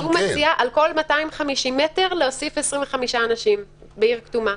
אז הוא מציע על כל 250 מטר להוסיף 25 אנשים בעיר כתומה.